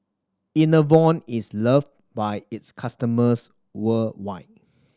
Enervon is loved by its customers worldwide